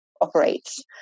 operates